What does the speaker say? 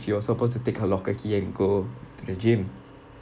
she was supposed to take her locker key and go to the gym